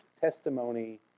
testimony